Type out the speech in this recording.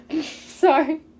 Sorry